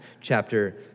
chapter